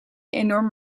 enorm